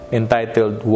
entitled